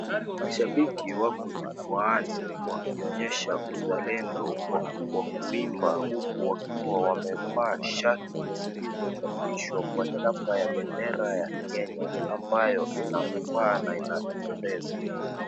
Mashabiki wako jukwani wakionyesha uzalendo kwa kuiimba huku wakiwa wamevaa shati lililochapishwa kwa chapa ya bendera ya Kenya ambayo inafaa na inapendeza.